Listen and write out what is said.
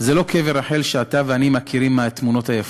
זה לא קבר רחל שאתה ואני מכירים מהתמונות היפות.